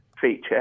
feature